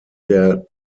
der